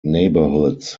neighborhoods